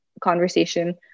conversation